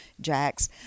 Jack's